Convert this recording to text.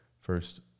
first